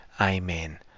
Amen